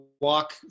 walk